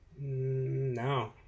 No